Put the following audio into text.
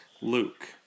Luke